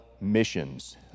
missions